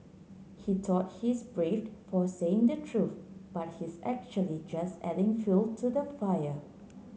he thought he's braved for saying the truth but he's actually just adding fuel to the fire